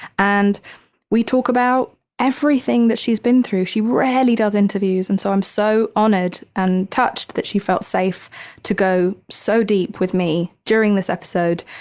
and we talk about everything that she's been through. she rarely does interviews. and so i'm so honored and touched that she felt safe to go so deep with me during this episode.